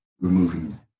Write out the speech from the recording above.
removing